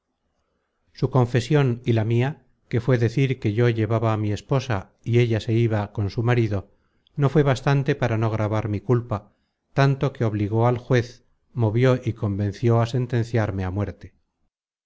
su confesion y la mia que fué decir que yo llevaba á mi esposa y ella se iba con su marido no fué bastante para no agravar mi culpa tanto que obligó al juez movió y convenció á sentenciarme á muerte